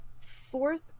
Fourth